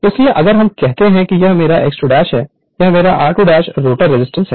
इसलिए अगर हम कहते हैं कि यह मेराx 2 है यह मेरा r2 रोटर रजिस्टेंस है